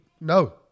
No